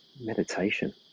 meditation